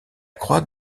croix